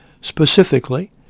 specifically